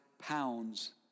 pounds